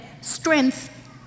strength